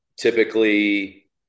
Typically